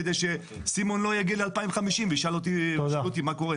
כדי שסימון לא יגיע ל-2050 וישאל אותי מה קורה.